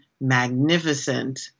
magnificent